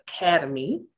Academy